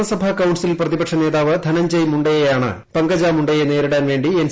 നിയമസഭാ പ്രതിപക്ഷ നേതാവ് ധനഞ്ജയ് മുണ്ടയെ ആണ് പങ്കജ മുണ്ടെയെ നേരിടാൻ വേണ്ടി എൻ